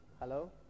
Hello